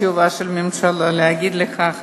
צריכה להגיד לך,